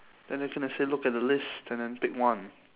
then they're gonna say look at the list and then pick one